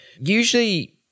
Usually